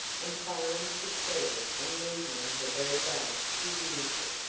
and finally succeeded on the evening of the very day he used it.